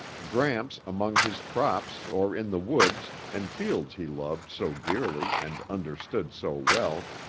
gramps among his crops or in the woods and fields he loved so dearly and understood so well,